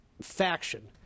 faction